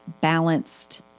balanced